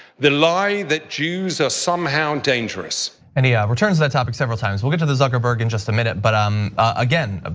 the lie that jews are somehow dangerous. and he ah returns to that topic several times. we'll get to the zuckerberg in just a minute but um again, ah